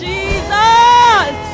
Jesus